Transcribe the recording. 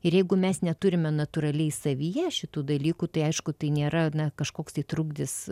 ir jeigu mes neturime natūraliai savyje šitų dalykų tai aišku tai nėra kažkoks tai trukdis